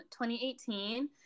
2018